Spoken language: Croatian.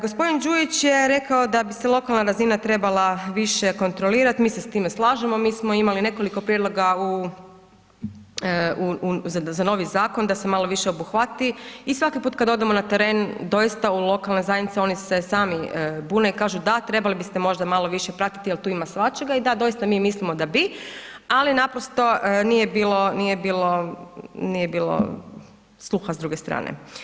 Gospodin Đujić je rekao da bi se lokalna razina trebala više kontrolirati, mi se s time slažemo, mi smo imali nekoliko prijedloga u, za novi zakon da se malo više obuhvati i svaki put kad odemo na teren doista u lokalne zajednice oni se sami bune i kažu, da trebali biste možda malo više pratiti jer tu ima svačega i da doista mi mislimo da bi, ali naprosto nije bilo, nije bilo sluha s druge strane.